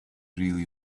really